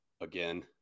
again